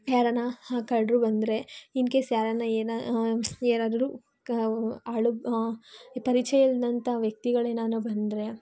ಯಾರಾದ್ರೂ ಕಳ್ಳರು ಬಂದರೆ ಇನ್ ಕೇಸ್ ಯಾರಾದ್ರೂ ಏನು ಏನಾದ್ರೂ ಅಳು ಈ ಪರಿಚಯ ಇಲ್ಲದಂಥ ವ್ಯಕ್ತಿಗಳೇನಾದ್ರೂ ಬಂದರೆ